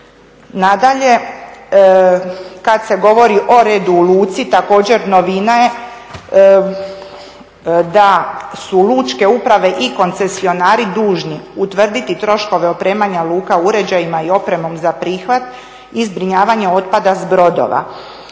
Nadalje, kad se govori o redu u luci također novina je da su lučke uprave i koncesionari dužni utvrditi troškove opremanja luka uređajima i opremom za prihvat i zbrinjavanje otpada s brodova.